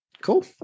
Cool